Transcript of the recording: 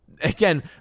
again